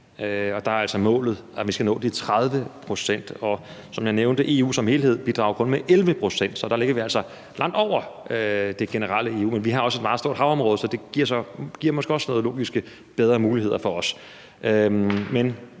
der er målet altså, at vi skal nå de 30 pct., og som jeg nævnte, bidrager EU som helhed kun med 11 pct., så der ligger vi altså langt over det generelle EU-niveau. Men vi har også et meget stort havområde, så det giver måske også bedre muligheder for os.